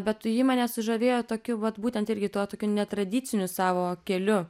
bet ji mane sužavėjo tokiu vat būtent irgi tuo tokiu netradiciniu savo keliu